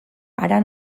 hara